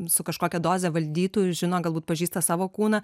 su kažkokia doze valdytų žino galbūt pažįsta savo kūną